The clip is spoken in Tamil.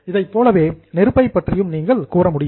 இதைப் போலவே நெருப்பைப் பற்றியும் நீங்கள் கூற முடியும்